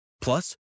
Plus